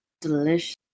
delicious